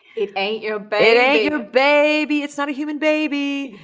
it ain't your baby. it ain't your baby, it's not a human baby.